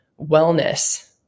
wellness